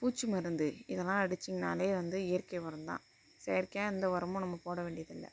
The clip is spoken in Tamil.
பூச்சி மருந்து இதெல்லாம் அடிச்சிங்கனாலே வந்து இயற்கை உரந்தான் செயற்கையாக எந்த உரமும் நம்ம போட வேண்டியதில்லை